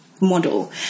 model